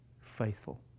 faithful